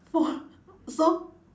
four so